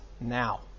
now